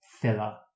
filler